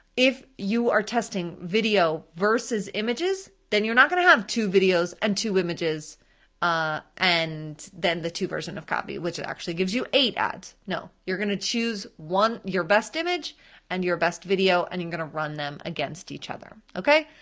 if you are testing video versus images, then you're not gonna have two videos and two images ah and then the two version of copy, which actually gives you eight ads. no, you're gonna choose one, your best image and your best video, and you're gonna run them against each other, okay?